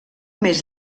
més